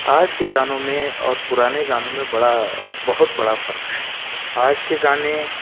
آج کے گانوں میں اور پرانے گانوں میں بڑا بہت بڑا فرق ہے آج کے گانے